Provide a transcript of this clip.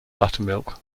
buttermilk